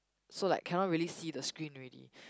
so like cannot really see the screen already